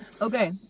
Okay